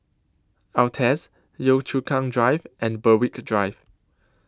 Altez Yio Chu Kang Drive and Berwick Drive